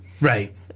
Right